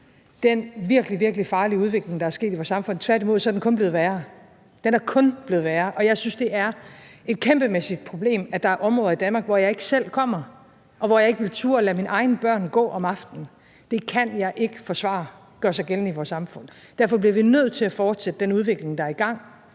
virkelig farlige udvikling, der er sket i vores samfund. Tværtimod er den kun blevet værre; den er kun blevet værre. Og jeg synes, at det er et kæmpemæssigt problem, at der er områder i Danmark, hvor jeg ikke selv kommer, og hvor jeg ikke ville turde at lade mine egne børn gå om aftenen. Det kan jeg ikke forsvare gør sig gældende i vores samfund. Derfor bliver vi nødt til at fortsætte den udvikling, der er i gang,